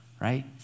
right